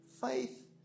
Faith